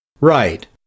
Right